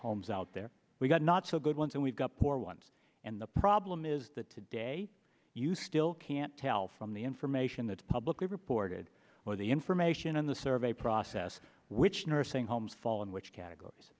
homes out there we've got not so good ones and we've got poor ones and the problem is that today you still can't tell from the information that publicly reported or the information in the survey process which nursing homes fall in which categories